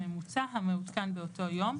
אלא מעודכן באותו יום,